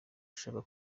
ashaka